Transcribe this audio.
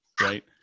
right